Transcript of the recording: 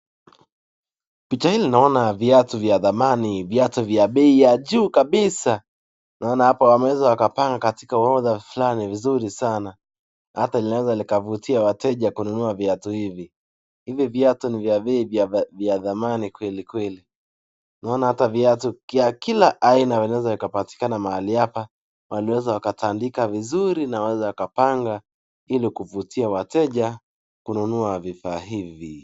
Picha hili naona viatu vya dhamani , viatu vya bei ya juu kabisa. Naona hapo wameweza wakapanga vizuri sana . Hata naweza nikavutia wateja katika kuvinunua viatu hivi. Hivi viatu ni vya Bei ya dhamana kwelikweli. Naona hata viatu kwa kila aina vinaweza vikapatikana mahali hapa wanaeza wakatandika vizuri na wakapanga hili kuvutia wateja kununua vifaa hivi.